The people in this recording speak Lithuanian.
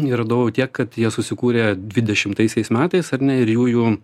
ir radau tiek kad jie susikūrė dvidešimtaisiais metais ar ne ir jųjų